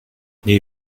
nee